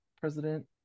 president